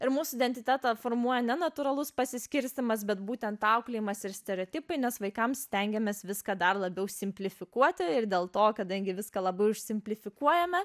ir mūsų identitetą formuoja ne natūralus pasiskirstymas bet būtent auklėjimas ir stereotipai nes vaikams stengiamės viską dar labiau simplifikuoti ir dėl to kadangi viską labai užsimplifikuojame